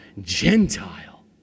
Gentile